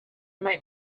might